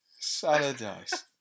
Saladice